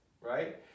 right